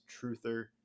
truther